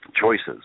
choices